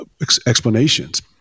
explanations